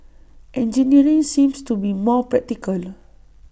engineering seemed to be more practical